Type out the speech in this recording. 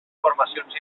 formacions